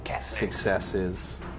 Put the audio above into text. successes